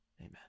Amen